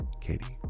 katie